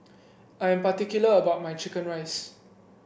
I am particular about my chicken rice